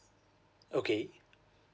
okay